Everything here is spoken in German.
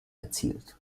erzielt